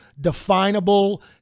definable